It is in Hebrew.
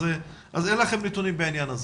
אז אין לכם נתונים בעניין הזה?